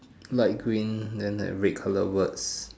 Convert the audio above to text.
light green then like red colour words